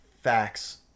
Facts